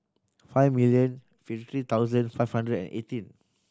five million fifty thousand five hundred and eighteen